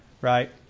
right